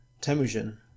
Temujin